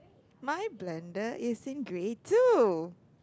my blender is in grey too